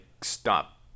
stop